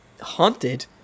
haunted